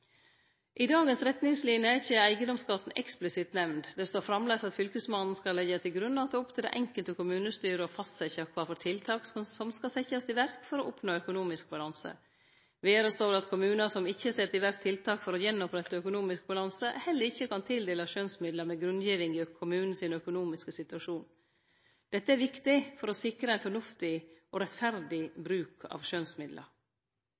I dagens retningsliner er ikkje eigedomsskatten eksplisitt nemnd. Det står framleis at Fylkesmannen skal leggje til grunn at det er opp til det enkelte kommunestyret å fastsetje kva for tiltak som skal setjast i verk for å oppnå økonomisk balanse. Vidare står det at kommunar som ikkje set i verk tiltak for å gjenopprette økonomisk balanse, heller ikkje kan tildelast skjønsmidlar med grunngiving i kommunen sin økonomiske situasjon. Dette er viktig for å sikre ein fornuftig og rettferdig